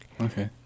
Okay